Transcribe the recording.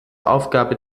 aufgabe